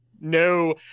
No